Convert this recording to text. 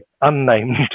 unnamed